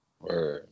Right